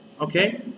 Okay